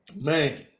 Man